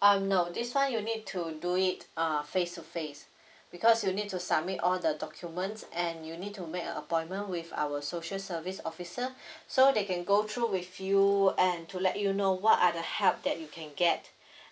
um no this one you need to do it err face to face because you need to submit all the documents and you need to make a appointment with our social service officer so they can go through with you and to let you know what are the help that you can get